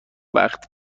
وقت